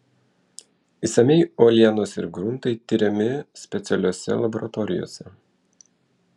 išsamiai uolienos ir gruntai tiriami specialiose laboratorijose